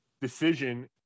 decision